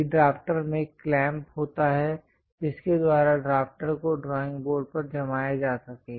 एक ड्रॉफ्टर में क्लैंप होता है जिसके द्वारा ड्रॉफ्टर को ड्रॉइंग बोर्ड पर जमाया जा सके